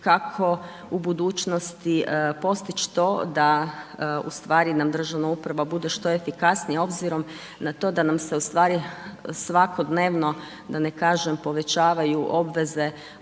kako u budućnosti postići to da ustvari nam državna uprava bude što efikasnija, obzirom na to, da nam se ostvari svakodnevno, da ne kažem povećavaju obveze,